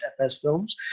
fsfilms